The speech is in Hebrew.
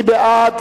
מי בעד?